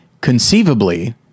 conceivably